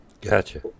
gotcha